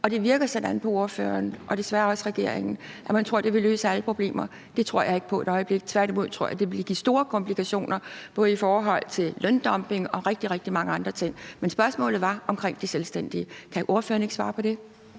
og det virker sådan på ordføreren og desværre også på regeringen – at den her ordning vil løse alle problemer. Det tror jeg ikke et øjeblik på. Tværtimod tror jeg, at det vil give store komplikationer både i forhold til løndumping og rigtig, rigtig mange andre ting. Men spørgsmålet var omkring de selvstændige. Kan ordføreren ikke svare på det?